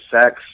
sex